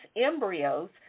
embryos